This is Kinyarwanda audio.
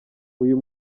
uyu